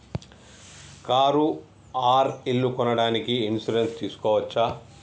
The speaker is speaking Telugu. కారు ఆర్ ఇల్లు కొనడానికి ఇన్సూరెన్స్ తీస్కోవచ్చా?